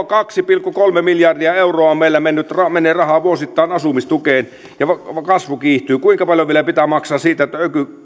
kaksi pilkku kolme miljardia euroa meillä menee rahaa vuosittain asumistukeen ja kasvu kiihtyy kuinka paljon vielä pitää maksaa siitä että